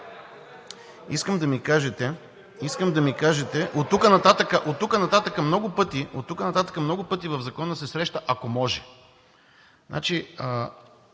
Искам да ми кажете – оттук нататък много пъти в Закона се среща „ако може“.